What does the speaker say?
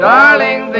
Darling